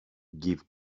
give